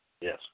Yes